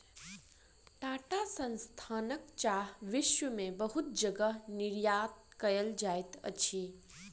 टाटा संस्थानक चाह विश्व में बहुत जगह निर्यात कयल जाइत अछि